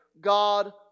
God